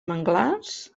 manglars